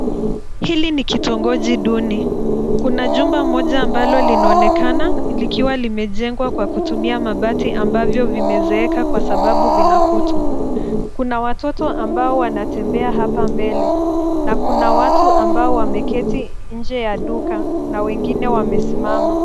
Hili ni kitongoji duni, kuna jumba moja ambalo linaonekana likiwa limejengwa kwa kutumia mabati ambavyo vimezeeka kwa sababu vina kutu. Kuna watoto ambao wanatembea hapa mbele, na kuna watu ambao wameketi nje ya duka na wengine wamesimama.